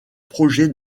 projets